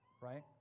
right